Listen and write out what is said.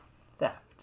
theft